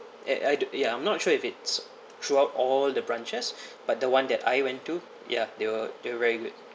and I ya I'm not sure if it's throughout all the branches but the one that I went to ya they were they were very good